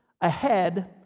ahead